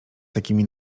takimi